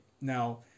Now